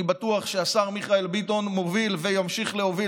ואני בטוח שהשר מיכאל ביטון מוביל וימשיך להוביל